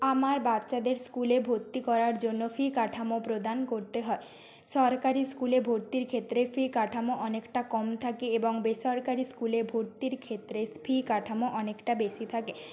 আমার বাচ্চাদের স্কুলে ভর্তি করার জন্য ফি কাঠামো প্রদান করতে হয় সরকারি স্কুলে ভর্তির ক্ষেত্রে ফি কাঠামো অনেকটা কম থাকে এবং বেসরকারি স্কুলে ভর্তির ক্ষেত্রে ফি কাঠামো অনেকটা বেশি থাকে